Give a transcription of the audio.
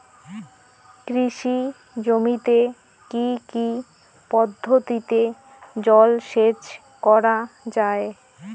কৃষি জমিতে কি কি পদ্ধতিতে জলসেচ করা য়ায়?